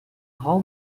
how